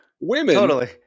Women